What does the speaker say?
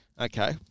Okay